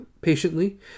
patiently